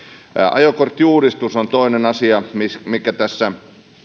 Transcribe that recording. ajokorttiuudistus on toinen asia mikä tässä